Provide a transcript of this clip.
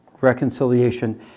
reconciliation